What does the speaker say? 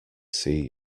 see